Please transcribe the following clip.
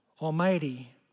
Almighty